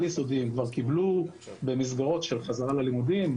יסודיים כבר קיבלו במסגרות של חזרה ללימודים,